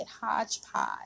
hodgepodge